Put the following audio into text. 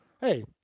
hey